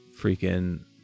freaking